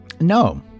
No